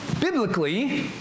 biblically